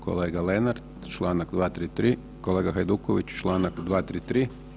Kolega Lenart članak 233., kolega Hajduković članak 233.